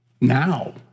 Now